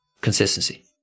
consistency